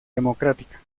democrática